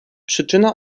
przyczyna